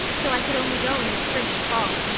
so i could only go in the spring and fall.